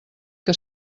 que